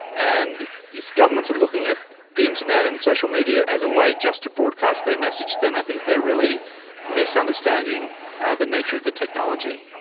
and if governments are looking at the internet and social media as a way just to broadcast their message then i think they are really misunderstanding the nature of the technology.